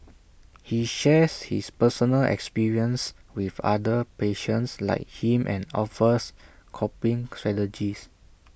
he shares his personal experiences with other patients like him and offers coping strategies